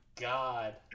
god